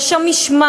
יש שם משמעת,